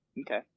Okay